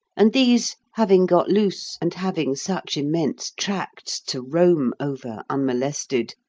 and these, having got loose, and having such immense tracts to roam over unmolested,